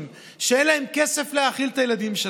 שאין להם כסף להאכיל את הילדים שלהם.